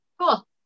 Cool